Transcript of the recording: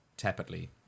Tepidly